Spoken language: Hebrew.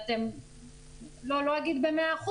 לא אגיד ב-100%,